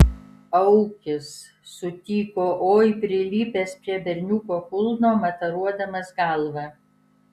aukis sutiko oi prilipęs prie berniuko kulno mataruodamas galva